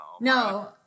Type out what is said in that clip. No